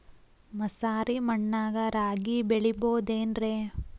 ಮಸಾರಿ ಮಣ್ಣಾಗ ರಾಗಿ ಬೆಳಿಬೊದೇನ್ರೇ?